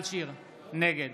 נגד